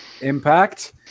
Impact